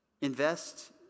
Invest